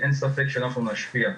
אין ספק שאנחנו נשפיע.